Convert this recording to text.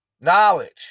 Knowledge